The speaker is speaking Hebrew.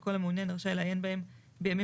וכל מעוניין רשאי לעיין בהם בימים